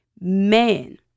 man